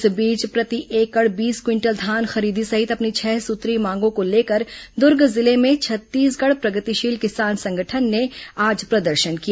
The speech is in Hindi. इस बीच प्रति एकड़ बीस क्विंटल धान खरीदी सहित अपनी छह सूत्रीय मांगों को लेकर दुर्ग जिले में छत्तीसगढ़ प्रगतिशील किसान संगठन ने आज प्रदर्शन किया